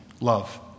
love